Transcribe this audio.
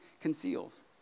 conceals